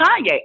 Kanye